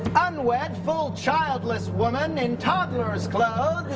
unwed, full childless woman in toddler's clothes.